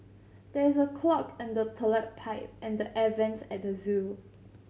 there is a clog in the toilet pipe and the air vents at the zoo